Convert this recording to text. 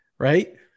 Right